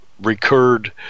recurred